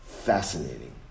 Fascinating